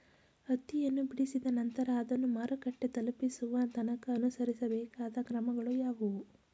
ಹತ್ತಿಯನ್ನು ಬಿಡಿಸಿದ ನಂತರ ಅದನ್ನು ಮಾರುಕಟ್ಟೆ ತಲುಪಿಸುವ ತನಕ ಅನುಸರಿಸಬೇಕಾದ ಕ್ರಮಗಳು ಯಾವುವು?